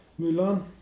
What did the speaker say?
mulan